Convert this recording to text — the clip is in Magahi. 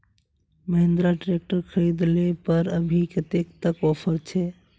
महिंद्रा ट्रैक्टर खरीद ले पर अभी कतेक तक ऑफर छे?